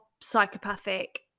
psychopathic